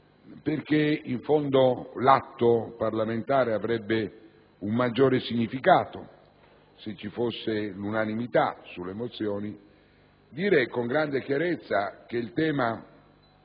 che, in fondo, l'atto parlamentare avrebbe un maggiore significato se vi fosse unanimità sulle mozioni, vorrei dire con grande chiarezza che il tema